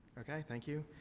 okay. thank you.